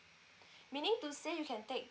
meaning to say you can take